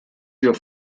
your